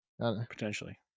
Potentially